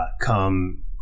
come